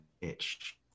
itch